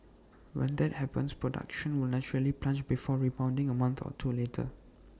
when that happens production will naturally plunge before rebounding A month or two later